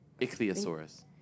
Ichthyosaurus